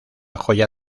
joya